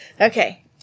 Okay